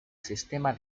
sistema